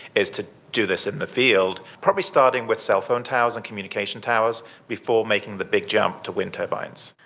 is to do this in the field, probably starting with cellphone towers and communication towers before making the big jump to wind turbines.